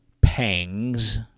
pangs